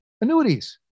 annuities